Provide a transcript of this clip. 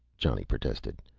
johnny protested.